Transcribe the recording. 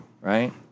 right